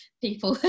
people